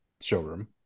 showroom